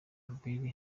albert